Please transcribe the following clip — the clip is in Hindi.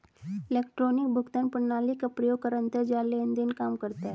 इलेक्ट्रॉनिक भुगतान प्रणाली का प्रयोग कर अंतरजाल लेन देन काम करता है